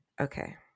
Okay